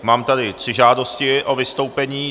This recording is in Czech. Mám tady tři žádosti o vystoupení.